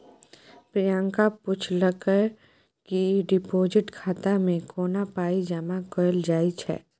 प्रियंका पुछलकै कि डिपोजिट खाता मे कोना पाइ जमा कयल जाइ छै